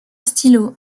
stylo